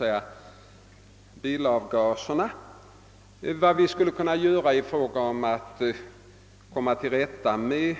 Detsamma gäller frågan om vad vi skulle kunna göra för att komma till rätta med